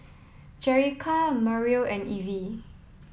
Jerica Mariel and Evie